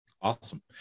Awesome